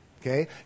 Okay